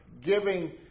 giving